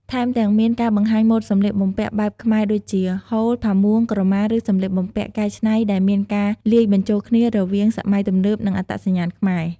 ថែមទាំងមាន ការបង្ហាញម៉ូដសម្លៀកបំពាក់បែបខ្មែរដូចជា ហូល ផាមួង ក្រមា ឬសំលៀកបំពាក់កែច្នៃដែលមានការលាយបញ្ចូលគ្នារវាងសម័យទំនើប និងអត្តសញ្ញាណខ្មែរ។